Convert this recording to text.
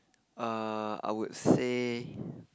err I would say